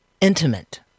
intimate